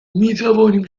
میتوانیم